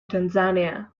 tanzania